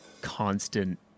constant